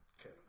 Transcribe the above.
Okay